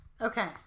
okay